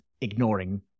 ignoring